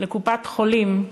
לקופת-החולים,